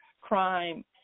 crime